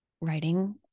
writing